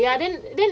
oh really